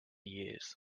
years